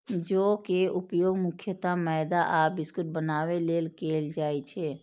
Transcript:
जौ के उपयोग मुख्यतः मैदा आ बिस्कुट बनाबै लेल कैल जाइ छै